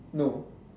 no